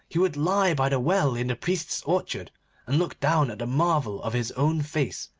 he would lie by the well in the priest's orchard and look down at the marvel of his own face,